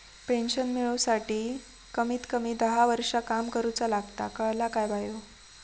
Pension मिळूसाठी कमीत कमी दहा वर्षां काम करुचा लागता, कळला काय बायो?